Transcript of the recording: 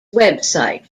website